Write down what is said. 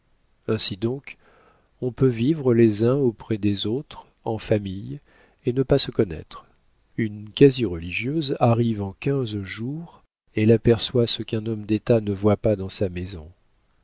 ainsi donc on peut vivre les uns auprès des autres en famille et ne pas se connaître une quasi religieuse arrive en quinze jours elle aperçoit ce qu'un homme d'état ne voit pas dans sa maison